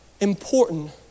important